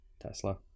Tesla